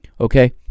Okay